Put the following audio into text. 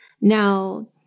Now